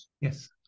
yes